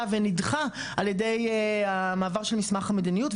ונדחה על ידי המעבר של מסמך המדיניות,